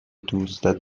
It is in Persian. دوستت